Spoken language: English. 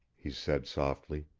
he said softly.